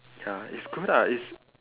ya it's good ah it's